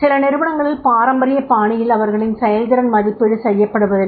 சில நிறுவனங்களில் பாரம்பரிய பாணியில் அவர்களின் செயல்திறன் மதிப்பீடு செய்யப்படுவதில்லை